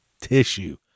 tissue